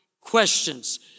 questions